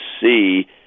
see